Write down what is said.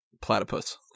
Platypus